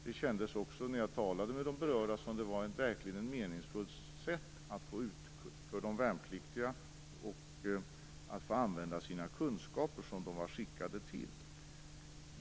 Det kändes också när jag talade med de berörda som om det var ett meningsfullt sätt för de värnpliktiga att få använda sina kunskaper som de var skickade till.